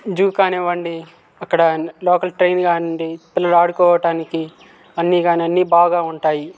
zoo కానివ్వండి అక్కడ local train కానీయండి పిల్లలు ఆడుకోవడానికి అన్ని కాని అన్నీ బాగా ఉంటాయి